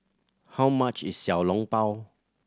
how much is Xiao Long Bao